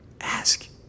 ask